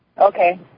Okay